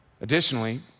Additionally